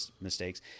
mistakes